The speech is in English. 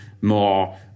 more